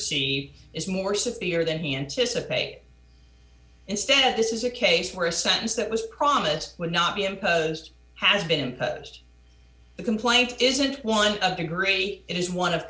c is more severe than he anticipated instead this is a case where a sentence that was promised would not be imposed has been posed the complaint isn't one of degree it is one of